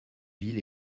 villes